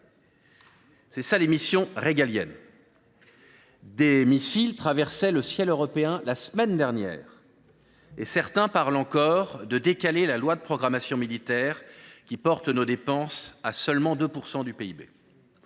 et la monnaie. Et l’école ! Des missiles traversaient le ciel européen la semaine dernière, mais certains parlent encore de décaler la loi de programmation militaire qui porte nos dépenses à seulement 2 % du PIB.